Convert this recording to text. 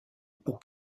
pour